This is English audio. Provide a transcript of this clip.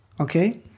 okay